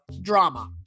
drama